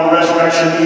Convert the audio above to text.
Resurrection